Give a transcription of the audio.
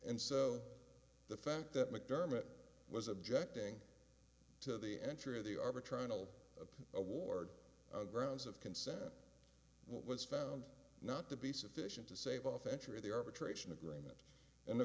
and so the fact that mcdermott was objecting to the entry of the arbitron all award grounds of consent was found not to be sufficient to save off ensure the arbitration agreement and the